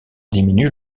diminue